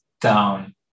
down